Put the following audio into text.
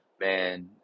man